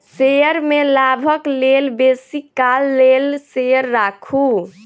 share में लाभक लेल बेसी काल लेल शेयर राखू